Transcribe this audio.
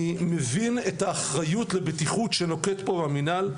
אני מבין את האחריות לבטיחות שנוקט פה המינהל,